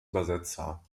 übersetzer